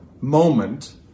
moment